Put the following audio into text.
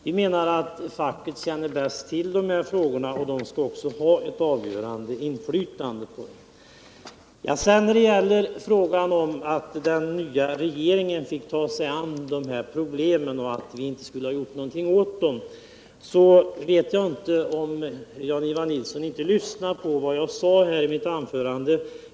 Vi menar att facket bäst känner till de här frågorna och att facket därför skall ha ett avgörande inflytande på dem. Vad gäller påståendet att den nya regeringen fick ta sig an de här problemen och att vi socialdemokrater inte skulle ha gjort någonting åt dem så vet jag inte om Jan-Ivan Nilsson lyssnade på det jag sade i mitt anförande.